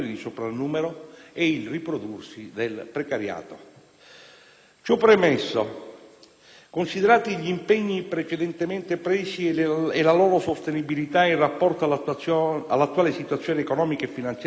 e il riprodursi del precariato. Ciò premesso, considerati gli impegni precedentemente presi e la loro sostenibilità in rapporto all'attuale situazione economica e finanziaria del Paese,